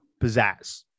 pizzazz